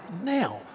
now